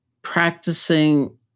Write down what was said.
practicing